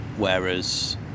Whereas